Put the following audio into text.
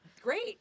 great